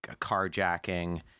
carjacking